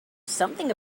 something